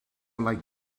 like